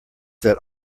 that